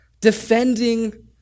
defending